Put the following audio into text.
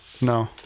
No